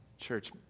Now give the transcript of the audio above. Church